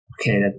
Okay